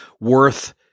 worth